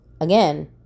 Again